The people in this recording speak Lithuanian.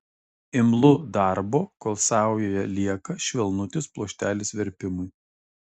imlu darbo kol saujoje lieka švelnutis pluoštelis verpimui